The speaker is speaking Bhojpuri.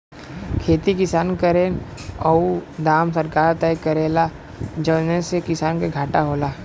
खेती किसान करेन औरु दाम सरकार तय करेला जौने से किसान के घाटा होला